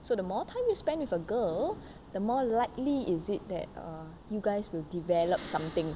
so the more time you spend with a girl the more likely is it that you guys will develop something